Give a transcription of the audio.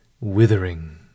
withering